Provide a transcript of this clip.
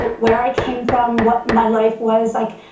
but where i came from, what my life was. like,